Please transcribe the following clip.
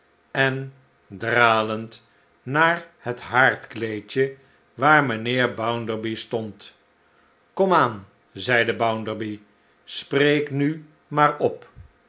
en dralend naar het haardkleedje waar mijnheer bounderby stond komaan zeide bounderby spreek nu maar op